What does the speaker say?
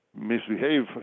misbehave